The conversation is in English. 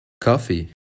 Coffee